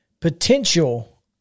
potential